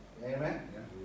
Amen